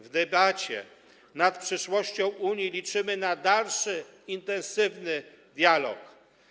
W debacie nad przyszłością Unii liczymy na dalszy intensywny dialog.